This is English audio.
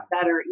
better